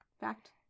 Fact